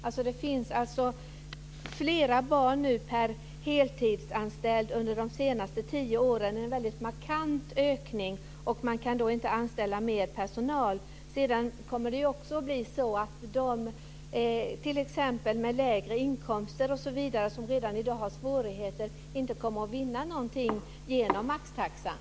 Nu är det fler barn per heltidsanställd. Det har de senaste tio åren skett en markant ökning. Man kan inte anställa mer personal. De med lägre inkomster som redan i dag har svårigheter kommer inte heller att vinna någonting genom maxtaxan.